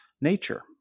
nature